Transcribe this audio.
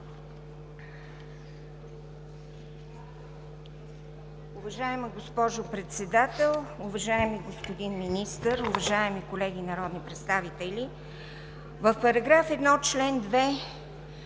Уважаема госпожо Председател, уважаеми господин Министър, уважаеми колеги народни представители! В § 1, чл. 2